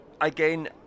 again